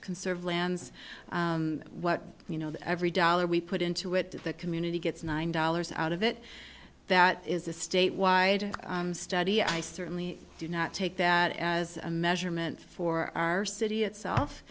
conserve lands what you know that every dollar we put into it the community gets nine dollars out of it that is a statewide study i certainly do not take that as a measurement for our city itself